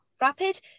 Rapid